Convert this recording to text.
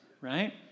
right